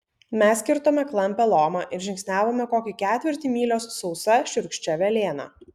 mes kirtome klampią lomą ir žingsniavome kokį ketvirtį mylios sausa šiurkščia velėna